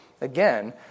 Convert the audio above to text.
Again